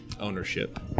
ownership